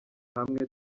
hamwe